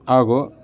ಹಾಗೂ